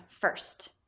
first